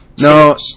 No